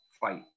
fight